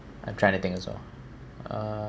I'm trying to think as well uh